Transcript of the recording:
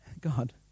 God